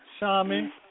Shami